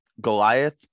Goliath